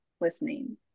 listening